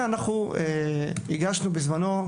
אנחנו הגשנו, בזמנו,